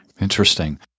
interesting